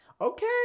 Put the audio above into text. okay